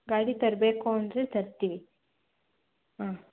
ಗಾಡಿ ತರಬೇಕು ಅಂದರೆ ತರುತ್ತೀವಿ ಹಾಂ